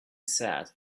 said